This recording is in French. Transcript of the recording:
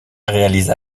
réalisa